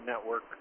network